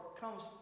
comes